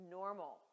normal